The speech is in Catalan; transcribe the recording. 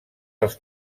els